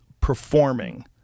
performing